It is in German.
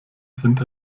sind